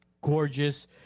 gorgeous